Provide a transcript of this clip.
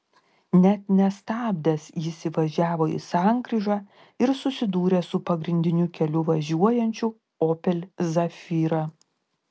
net nestabdęs jis įvažiavo į sankryžą ir susidūrė su pagrindiniu keliu važiuojančiu opel zafira